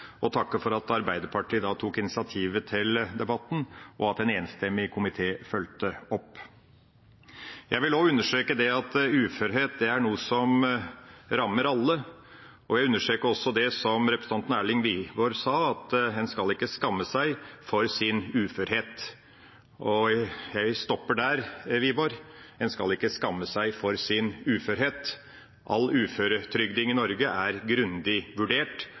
og vi kan takke for at Arbeiderpartiet tok initiativet til debatten, og for at en enstemmig komité fulgte det opp. Jeg vil understreke at uførhet er noe som rammer alle, og jeg vil også understreke det som representanten Erlend Wiborg sa, at en ikke skal skamme seg over sin uførhet. Jeg stopper der, Wiborg. En skal ikke skamme seg over sin uførhet. All tildeling av uføretrygd er grundig vurdert,